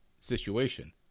situation